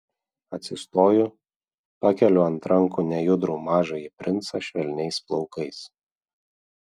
atsistoju pakeliu ant rankų nejudrų mažąjį princą švelniais plaukais